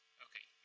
okay.